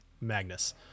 Magnus